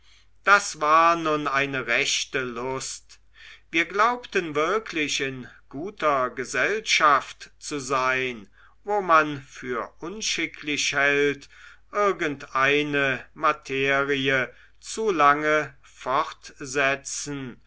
das war nun eine rechte lust wir glaubten wirklich in guter gesellschaft zu sein wo man für unschicklich hält irgendeine materie zu lange fortsetzen